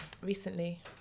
Recently